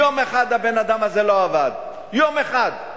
יום אחד הבן-אדם הזה לא עבד, יום אחד.